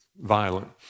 violent